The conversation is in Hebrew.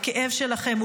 הכאב שלכם,